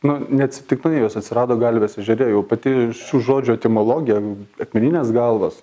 na neatsitiktinai jos atsirado galvės ežere jau pati šių žodžių etimologija akmeninės galvos